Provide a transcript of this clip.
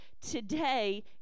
today